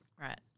Right